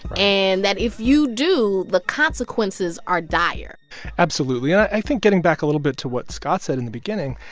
and that if you do, the consequences are dire absolutely. and i think getting back a little bit to what scott said in the beginning,